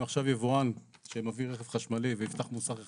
אם עכשיו יבואן שמביא רכב חשמלי ויפתח מוסך אחד,